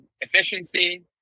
efficiency